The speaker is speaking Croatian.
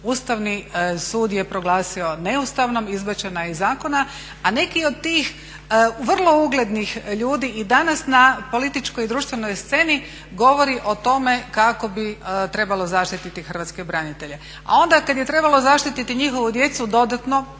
Ustavni sud je proglasio neustavnom, izbačena je iz zakona. A neki od tih vrlo uglednih ljudi i danas na političkoj i društvenoj sceni govori o tome kako bi trebalo zaštiti hrvatske branitelje. A onda kada je trebalo zaštiti njihovu djecu dodatno,